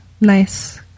Nice